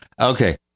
Okay